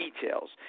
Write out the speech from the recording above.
details